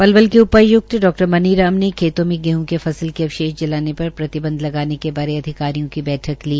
पलवल के उपाय्क्त डा मनीराम ने खेतों में गेहं के फसल के अवशेष जलाने पर प्रतिबंध लगाने बारे अधिकारियों की बैठक ली